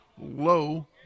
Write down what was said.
low